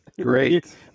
Great